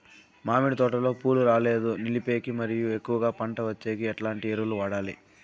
మామిడి తోటలో పూలు రాలేదు నిలిపేకి మరియు ఎక్కువగా పంట వచ్చేకి ఎట్లాంటి ఎరువులు వాడాలి?